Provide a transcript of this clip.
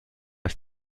ist